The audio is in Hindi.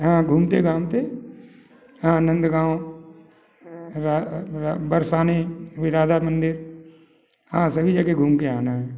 हाँ घूमते घामते हाँ नन्द गाँव बरसाने फिर राधा मंदिर हाँ सभी जगह घूम के आना है